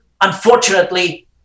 Unfortunately